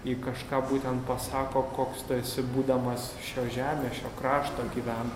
jai kažką būtent pasako koks tu esi būdamas šio žemės šio krašto gyvena